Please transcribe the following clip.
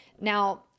Now